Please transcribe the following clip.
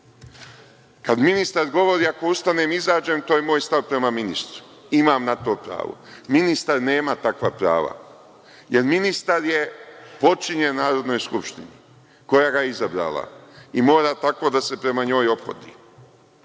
Kada ministar govori, ako ustanem i izađem, to je moj stav prema ministru, imam na to pravo. Ministar nema takva prava, jer ministar je potčinjen Narodnoj skupštini koja ga je izabrala i mora tako da se prema njoj ophodi. Ovde